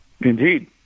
Indeed